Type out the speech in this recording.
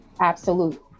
absolute